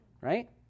Right